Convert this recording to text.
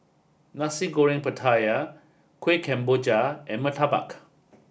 Nasi Goreng Pattaya Kueh Kemboja and Murtabak